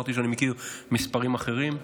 ואמרתי שאני מכיר מספרים אחרים,